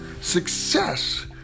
Success